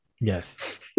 Yes